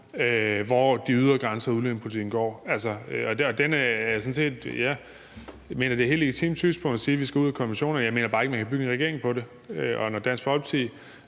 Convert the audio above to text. hvor de ydre grænser af udlændingepolitikken går. Jeg mener, det er et helt legitimt synspunkt at sige, at vi skal ud af konventionerne, men jeg mener bare ikke, at man kan bygge en regering på det. Og når Dansk Folkeparti